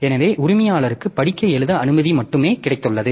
எனவே உரிமையாளருக்கு படிக்க எழுத அனுமதி மட்டுமே கிடைத்துள்ளது